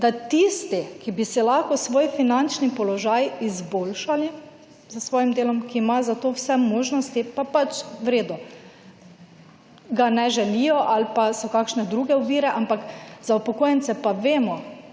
da tisti, ki bi si lahko svoj finančni položaj izboljšali, z svojim delom, ki imajo za to vse možnosti, pa pač, v redu, ga ne želijo ali pa so kakšne druge ovire, ampak, za upokojence pa vemo,